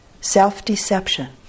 Self-deception